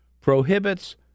prohibits